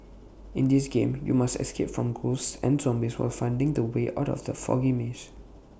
in this game you must escape from ghosts and zombies while finding the way out from the foggy maze